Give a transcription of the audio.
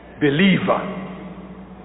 Believer